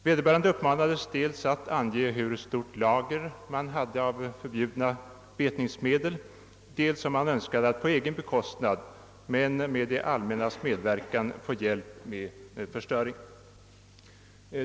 Vederbörande uppmanades dels att ange hur stort lager man hade av vissa betningsmedel, dels om man önskade att på egen bekostnad men med det allmännas medverkan få hjälp med förstöringen.